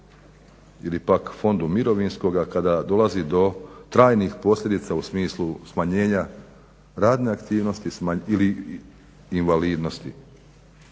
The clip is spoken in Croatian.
ili pak Fondu mirovinskoga kada dolazi do trajnih posljedica u smislu smanjenja radne aktivnosti ili invalidnosti.